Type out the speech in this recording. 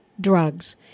drugs